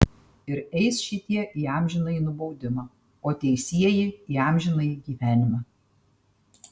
ir eis šitie į amžinąjį nubaudimą o teisieji į amžinąjį gyvenimą